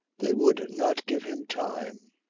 they would not give him time.